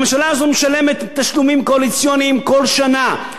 הממשלה הזו משלמת תשלומים קואליציוניים כל שנה,